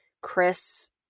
Chris